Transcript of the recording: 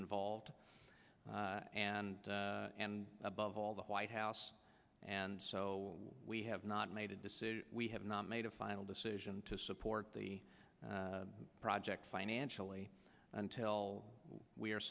involved and and above all the white house and so we have not made a decision we have not made a final decision to support the project financially until we